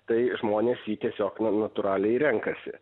tai žmonės jį tiesiog natūraliai renkasi